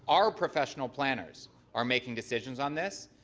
our professional planners are making decisions on this.